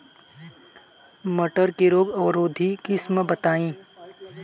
मटर के रोग अवरोधी किस्म बताई?